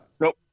nope